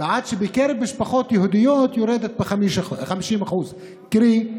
בעוד שבקרב משפחות יהודיות היא יורדת ב-50%; קרי,